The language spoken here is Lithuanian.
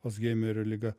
alzheimerio liga